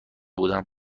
بودم